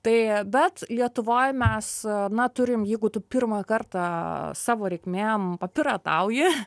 tai bet lietuvoj mes na turim jeigu tu pirmą kartą savo reikmėm papiratauji